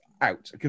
out